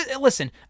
listen